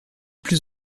plus